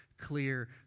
clear